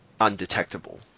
undetectable